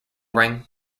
ring